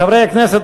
חברי הכנסת,